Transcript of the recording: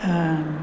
आं